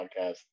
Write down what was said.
Podcast